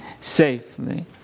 safely